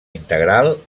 integral